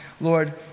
Lord